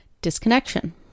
disconnection